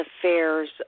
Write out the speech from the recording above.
affairs